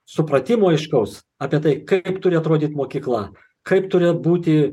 supratimo aiškaus apie tai kaip turi atrodyt mokykla kaip turi būti